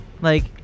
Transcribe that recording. Like-